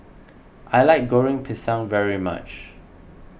I like Goreng Pisang very much